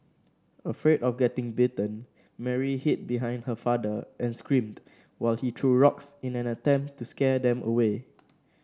afraid of getting bitten Mary hid behind her father and screamed while he threw rocks in an attempt to scare them away